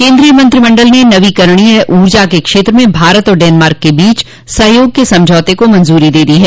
केन्द्रीय मंत्रिमंडल ने नवीकरणीय ऊर्जा के क्षेत्र में भारत और डेनमार्क के बीच सहयोग के समझौते को मंजूरी दे दी है